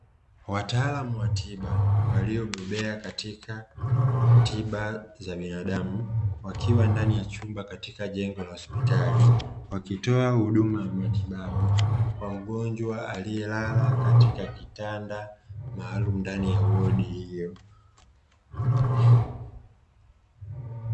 Wataalam wa tiba, waliobobea katika tiba za binaadamu, wakiwa ndani ya chumba katika jengo la hospitali, wakitoa huduma ya matibabu kwa mgonjwa aliyelala katika kitanda maalumu ndani ya wodi hiyo.